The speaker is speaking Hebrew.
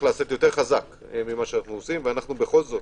שצריך לעשות יותר חזק ממה שאנו עושים, ובכל זאת